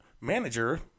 manager